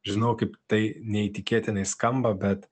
žinau kaip tai neįtikėtinai skamba bet